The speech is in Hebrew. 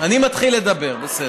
אני מתחיל לדבר, בסדר.